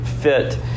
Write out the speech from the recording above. fit